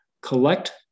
collect